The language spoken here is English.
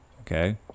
okay